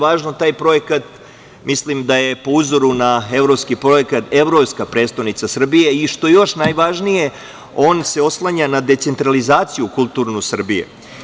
Taj projekat, mislim, je po uzoru na evropski projekat Evropska prestonica Srbije i, što je još najvažnije, on se oslanja na decentralizaciju kulturnu Srbije.